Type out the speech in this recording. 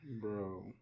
Bro